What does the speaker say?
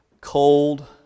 cold